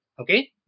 Okay